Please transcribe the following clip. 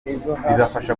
bibafasha